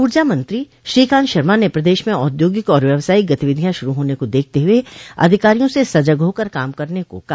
ऊर्जा मंत्री श्रीकांत शर्मा ने प्रदेश म औद्योगिक और व्यवसायिक गतिविधियां शुरू होने को देखते हुए अधिकारियों से सजग होकर काम करने को कहा